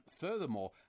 Furthermore